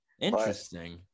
Interesting